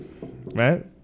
Right